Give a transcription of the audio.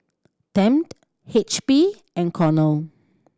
Tempt H P and Cornell